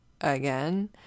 again